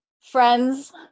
friends